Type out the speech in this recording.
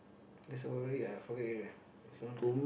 that's old already lah forgot already lah that's long time